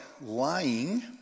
lying